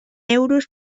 euros